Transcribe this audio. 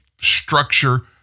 structure